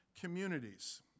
communities